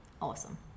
awesome